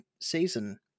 season